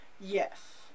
yes